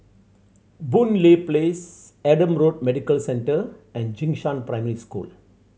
Boon Lay Place Adam Road Medical Centre and Jing Shan Primary School